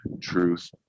truth